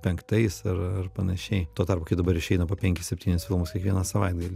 penktais ar ar panašiai tuo tarpu kai dabar išeina po penkis septynis filmus kiekvieną savaitgalį